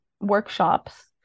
workshops